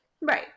right